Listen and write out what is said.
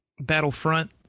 Battlefront